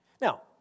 Now